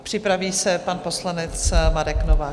A připraví se pan poslanec Marek Novák.